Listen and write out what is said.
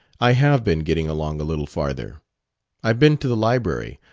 i have been getting along a little farther i've been to the library,